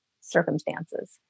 circumstances